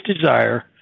desire